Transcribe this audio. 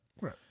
Right